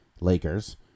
Lakers